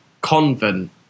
convent